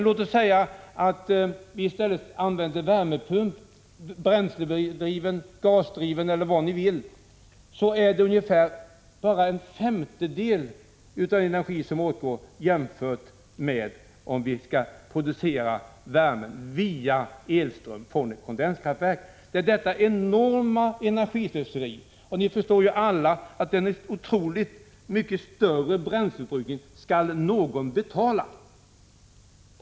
Låt oss säga att vi i stället använder värmepump — bränsledriven, gasdriven eller vad ni vill — då åtgår bara ungefär en femtedel av energin jämfört med att producera värmen via elström från ett kondenskraftverk. Det är detta enorma energislöseri jag vill påtala. Vi förstår ju alla att denna mycket större bränsleförbrukning måste betalas av någon.